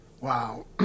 Wow